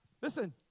Listen